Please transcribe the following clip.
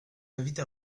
invite